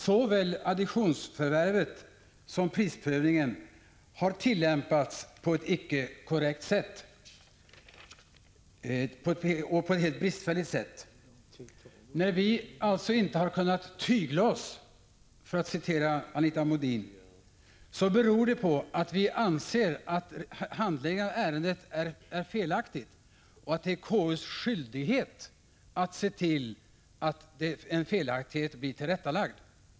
Såväl additionsförvärvet som prisprövningen har handlagts på ett bristfälligt och icke korrekt sätt. När vi alltså inte har kunnat tygla oss, för att citera Anita Modin, beror det på att vi anser att ärendet har handlagts felaktigt och att det är konstitutionsutskottets skyldighet att se till att en felaktighet blir tillrättalagd.